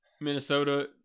Minnesota